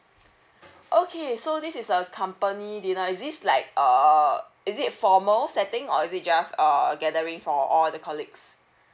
okay so this is a company dinner is this like a is it formal setting or is it just err gathering for all the colleagues